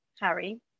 Harry